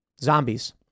Zombies